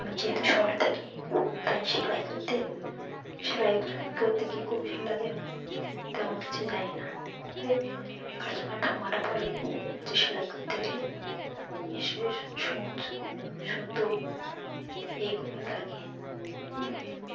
আমি যেহেতু শহরে থাকি তাই সেলাই করতে সেলাই করতে কি কৌশল লাগে আমি তেমন কিছু জানি না তবে কাকিমা ঠাম্মারা বলে যে সেলাই করতে গেলে বিশ করে সুঁচ সুতো এইগুলোই লাগে হুম